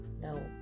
no